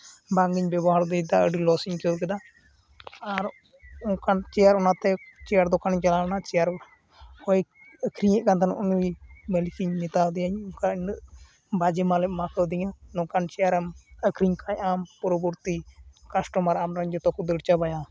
ᱵᱟᱝ ᱤᱧ ᱵᱮᱵᱚᱦᱟᱨ ᱫᱟᱲᱮ ᱟᱫᱟ ᱟᱹᱰᱤ ᱞᱚᱥ ᱤᱧ ᱟᱹᱭᱠᱟᱹᱣ ᱠᱮᱫᱟ ᱟᱨ ᱚᱱᱠᱟᱱ ᱪᱮᱭᱟᱨ ᱚᱱᱟᱛᱮ ᱪᱮᱭᱟᱨ ᱫᱚᱠᱟᱱᱤᱧ ᱪᱟᱞᱟᱣ ᱞᱮᱱᱟ ᱪᱮᱭᱟᱨ ᱚᱠᱭ ᱟᱹᱠᱷᱨᱤᱧᱮᱫ ᱠᱟᱱ ᱛᱟᱦᱮᱸᱫ ᱩᱱᱤ ᱢᱟᱹᱞᱤᱠᱤᱧ ᱢᱮᱛᱟ ᱫᱤᱭᱟᱹᱧ ᱱᱚᱝᱠᱟ ᱩᱱᱟᱹᱜ ᱵᱟᱡᱮ ᱢᱟᱞᱮᱢ ᱮᱢᱟ ᱠᱟᱣᱫᱤᱧᱟ ᱱᱚᱝᱠᱟᱱ ᱪᱮᱭᱟᱨ ᱮᱢ ᱟᱹᱠᱷᱨᱤᱧ ᱠᱷᱟᱱ ᱟᱢ ᱯᱚᱨᱚᱵᱚᱨᱛᱤ ᱠᱟᱥᱴᱚᱢᱟᱨ ᱡᱚᱛᱚᱠᱚ ᱫᱟᱹᱲ ᱪᱟᱵᱟᱭᱟ